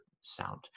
sound